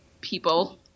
people